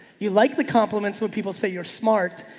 you like the compliments. when people say you're smart,